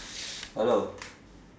hello